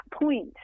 point